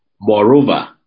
Moreover